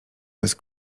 bez